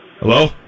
Hello